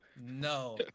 No